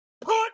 put